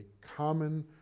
common